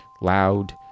loud